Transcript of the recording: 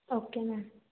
okay ma'am